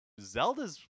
zelda's